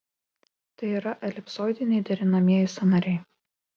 tai yra elipsoidiniai derinamieji sąnariai